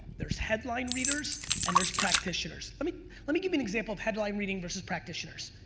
there's headline readers and there's practitioners. i mean let me give me an example of headline reading versus practitioners.